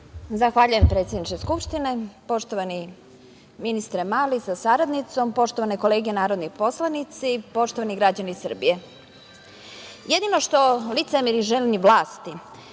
Zahvaljujem, predsedniče Skupštine. Poštovani ministre Mali sa saradnicom, poštovane kolege narodni poslanici, poštovani građani Srbije, jedino što licemeri željni vlasti